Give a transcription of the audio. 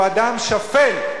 הוא אדם שפל,